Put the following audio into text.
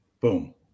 boom